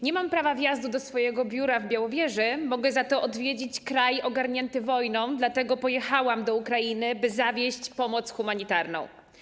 Nie mam prawa wjazdu do swojego biura w Białowieży, ale mogę za to odwiedzić kraj ogarnięty wojną, dlatego pojechałam do Ukrainy, by zawieźć pomoc humanitarną.